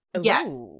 Yes